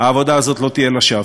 העבודה הזאת לא תהיה לשווא.